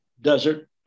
desert